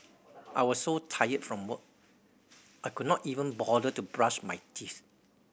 I was so tired from work I could not even bother to brush my teeth